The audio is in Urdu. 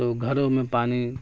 تو گھروں میں پانی